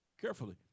carefully